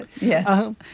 Yes